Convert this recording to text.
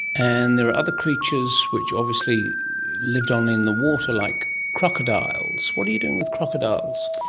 and there are other creatures which obviously lived on in the water, like crocodiles. what are you doing with crocodiles?